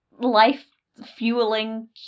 life-fueling